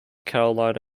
carolina